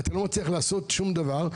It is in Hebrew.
אתה לא מצליח לעשות שום דבר.